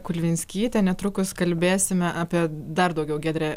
kulvinskytė netrukus kalbėsime apie dar daugiau giedrė